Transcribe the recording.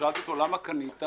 שאלתי אותו: למה קנית?